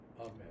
Amen